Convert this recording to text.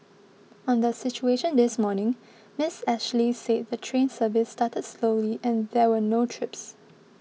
on the situation this morning Ms Ashley said the train service started slowly and there were no trips